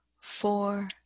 four